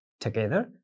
together